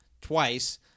twice